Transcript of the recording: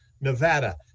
Nevada